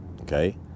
okay